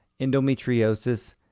endometriosis